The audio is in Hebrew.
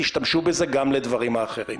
תשמשו בזה גם לדברים האחרים.